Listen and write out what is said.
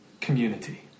community